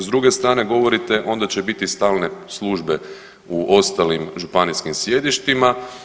S druge strane govorite onda će biti stalne službe u ostalim županijskim sjedištima.